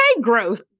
growth